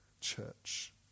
church